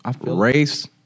Race